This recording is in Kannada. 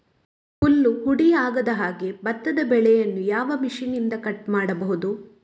ಹುಲ್ಲು ಹುಡಿ ಆಗದಹಾಗೆ ಭತ್ತದ ಬೆಳೆಯನ್ನು ಯಾವ ಮಿಷನ್ನಿಂದ ಕಟ್ ಮಾಡಬಹುದು?